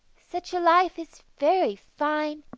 such a life is very fine,